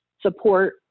support